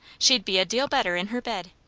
she'd be a deal better in her bed.